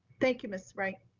thank you, ms. wright.